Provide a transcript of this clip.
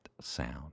sound